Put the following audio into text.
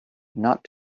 not